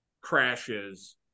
crashes